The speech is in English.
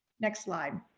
next slide.